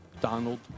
Donald